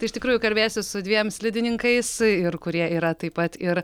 tai iš tikrųjų kalbėsiu su dviem slidininkais ir kurie yra taip pat ir